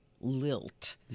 lilt